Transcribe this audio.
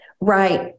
Right